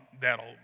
that'll